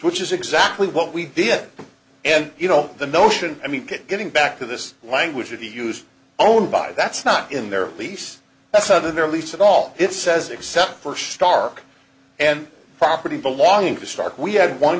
which is exactly what we did and you know the notion i mean getting back to this language of the use owned by that's not in their lease that's under their lease and all it says except for stark and property belonging to stark we had one